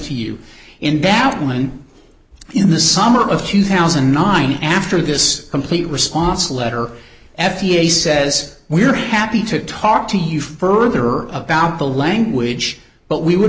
to you in that outline in the summer of two thousand and nine after this complete response letter f d a says we're happy to talk to you further about the language but we would